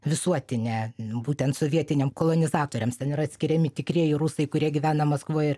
visuotinę būtent sovietiniam kolonizatoriams ten yra atskiriami tikrieji rusai kurie gyvena maskvoj